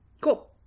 cool